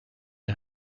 her